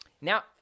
Now